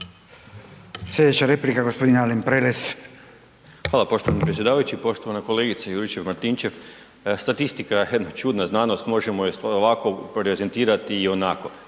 Prelec. **Prelec, Alen (SDP)** Hvala poštovani predsjedavajući. Poštovana kolegice Juričev-Martinčev statistika je jedna čudna znanost, možemo je ovako prezentirati i onako.